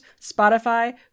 Spotify